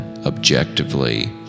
objectively